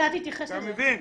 אתה תתייחס לזה.